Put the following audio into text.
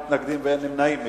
הנגב המערבי (הוראת שעה) (תיקון),